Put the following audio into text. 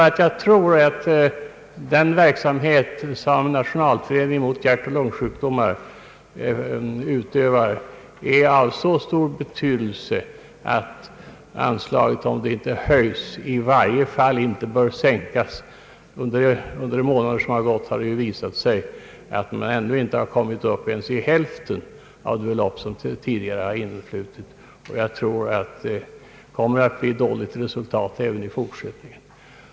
Jag anser nämligen att den verksamhet som National Om bidrag till vissa organisationer föreningen mot hjärtoch lungsjukdomar bedriver är av så stor betydelse att anslaget, om det inte höjs, i varje fall inte bör sänkas. Under de månader som gått har det visat sig att man ännu inte kommit upp ens i hälften av det belopp som tidigare influtit. Jag tror att resultatet kommer att bli dåligt även i fortsättningen.